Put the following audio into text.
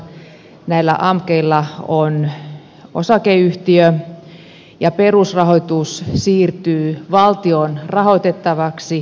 muotona näillä amkeilla on osakeyhtiö ja perusrahoitus siirtyy valtion rahoitettavaksi